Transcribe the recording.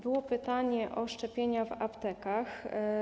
Było pytanie o szczepienia w aptekach.